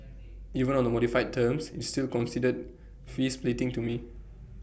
even on the modified terms it's still considered fee splitting to me